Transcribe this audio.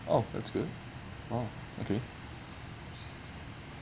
oh that's good !wow! okay